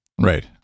Right